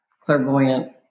clairvoyant